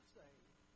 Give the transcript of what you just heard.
saved